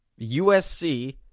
USC